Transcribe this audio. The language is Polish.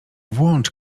włącz